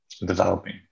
developing